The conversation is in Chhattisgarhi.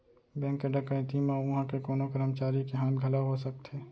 बेंक के डकैती म उहां के कोनो करमचारी के हाथ घलौ हो सकथे